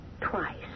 twice